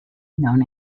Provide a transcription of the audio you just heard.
known